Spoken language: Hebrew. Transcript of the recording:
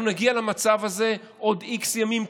אנחנו נגיע למצב הזה עוד x ימים,